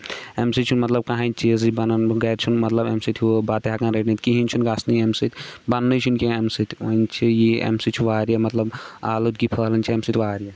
اَمہِ سۭتۍ چھُ مطلب کٔہینۍ چیٖزٕے بَنان گرِ چھ نہٕ مطلب اَمہِ سۭتۍ ہہُ بَتہٕ ہٮ۪کان رٔنِتھ کِہینۍ چھُ نہٕ گژھان اَمہِ سۭتۍ بَنانٕے چھُ نہٕ کیٚنٛہہ اَمہِ سۭتۍ وۄنۍ چھِ یی اَمہِ سۭتۍ چھُ واریاہ مطلب آلودگی پھٔہلان چھِ اَمہِ سۭتۍ واریاہ